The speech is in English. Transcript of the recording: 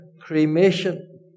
cremation